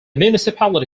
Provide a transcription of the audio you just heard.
municipality